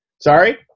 Sorry